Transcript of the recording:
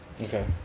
Okay